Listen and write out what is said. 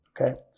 Okay